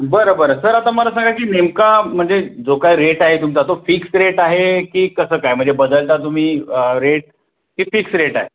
बरं बरं सर आता मला सांगा की नेमका म्हणजे जो काही रेट आहे तुमचा तो फिक्स्ड रेट आहे की कसं काय म्हणजे बदलता तुम्ही रेट की फिक्स्ड रेट आहे